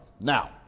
Now